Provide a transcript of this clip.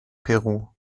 peru